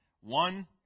One